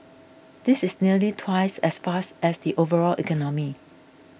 this is nearly twice as fast as the overall economy